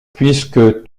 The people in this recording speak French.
puisque